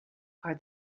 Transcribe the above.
are